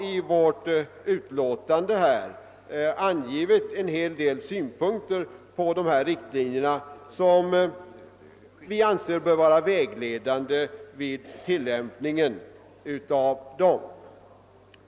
I vårt utlåtande har vi därför anfört en hel del synpunkter på dessa riktlinjer som vi anser bör vara vägledande vid tillämpningen av dem.